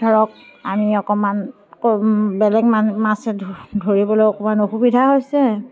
ধৰক আমি অকণমান ক বেলেগ মাছে ধৰিবলৈ অকণমান অসুবিধা হৈছে